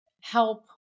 help